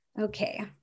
Okay